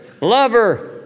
lover